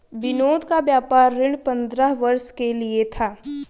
विनोद का व्यापार ऋण पंद्रह वर्ष के लिए था